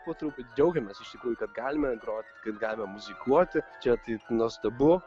po truputį džiaugiamės iš tikrųjų kad galime groti kad galime muzikuoti čia tai nuostabu